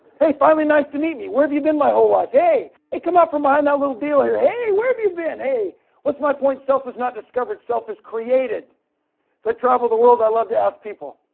hey, finally nice to meet me where have you been my whole life, hey it come up from mine that little deal here, hey where have you been? hey what's my point itself was not discovered self is created. so, i traveled the world i love to ask people,